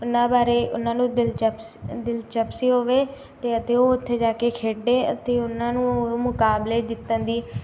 ਉਹਨਾਂ ਬਾਰੇ ਉਹਨਾਂ ਨੂੰ ਦਿਲਚਸਪੀ ਦਿਲਚਸਪੀ ਹੋਵੇ ਅਤੇ ਅਤੇ ਉਹ ਉੱਥੇ ਜਾ ਕੇ ਖੇਡੇ ਅਤੇ ਉਹਨਾਂ ਨੂੰ ਉਹ ਮੁਕਾਬਲੇ ਜਿੱਤਣ ਦੀ